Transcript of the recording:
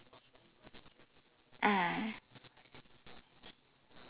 ah